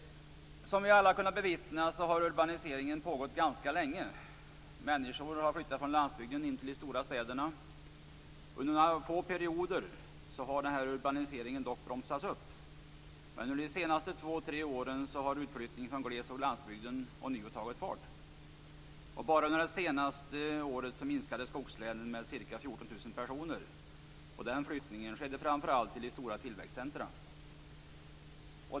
Som vi alla har kunnat bevittna har urbaniseringen pågått ganska länge. Människor har flyttat från landsbygden in till de stora städerna. Under några få perioder har urbaniseringen dock bromsats upp. Men under de senaste två tre åren har utflyttningen från gles och landsbygden ånyo tagit fart. Bara under det senaste året minskade skogslänens befolkning med ca 14 000 personer. Flyttningen skedde framför allt till de stora tillväxtcentrumen.